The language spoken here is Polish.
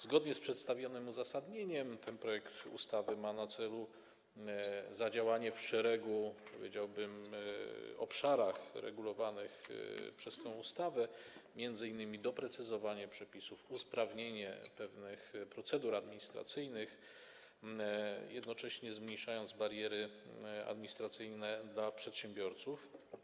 Zgodnie z przedstawionym uzasadnieniem ten projekt ustawy ma na celu zadziałanie w szeregu, powiedziałbym, obszarach regulowanych przez tę ustawę, m.in. doprecyzowanie przepisów, usprawnienie pewnych procedur administracyjnych, przy jednoczesnym zmniejszeniu barier administracyjnych dla przedsiębiorców.